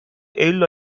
eylül